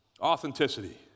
Authenticity